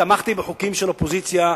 תמכתי בחוקים של אופוזיציה,